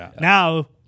now